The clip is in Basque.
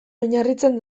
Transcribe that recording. oinarritzen